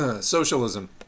socialism